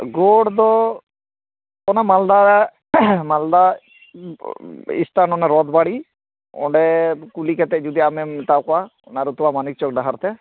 ᱜᱳᱨ ᱫᱚ ᱚᱱᱟ ᱢᱟᱞᱫᱟ ᱢᱟᱞᱫᱟ ᱤᱥᱴᱟᱱ ᱚᱱᱟ ᱨᱚᱛᱷ ᱵᱟᱲᱤ ᱚᱸᱰᱮ ᱠᱩᱞᱤ ᱠᱟᱛᱮ ᱡᱩᱫᱤ ᱟᱢᱮᱢ ᱢᱮᱛᱟᱣᱟᱠᱚᱣᱟ ᱚᱱᱟ ᱨᱟᱹᱛᱟᱲᱟ ᱢᱟᱱᱤᱠ ᱪᱚᱠ ᱰᱟᱦᱟᱨ ᱛᱮ